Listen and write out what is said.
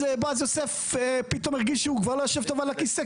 ואז בועז יוסף פתאום הרגיש שהוא כבר לא יושב טוב על הכיסא,